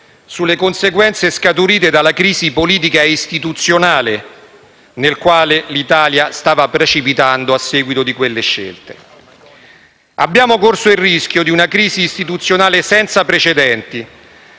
sulle conseguenze scaturite dalla crisi politica e istituzionale nella quale l'Italia stava precipitando a seguito di quelle scelte. Abbiamo corso il rischio di una crisi istituzionale senza precedenti,